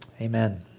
Amen